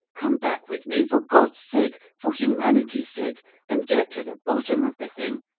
come back with me, for god's sake for humanity's sake and get to the bottom of the thing.